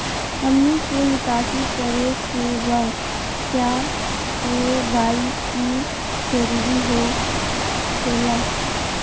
हमनी के निकासी करे के बा क्या के.वाई.सी जरूरी हो खेला?